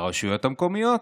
הרשויות המקומיות.